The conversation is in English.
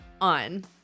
on